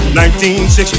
1960